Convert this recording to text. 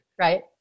Right